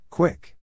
Quick